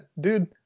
dude